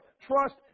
trust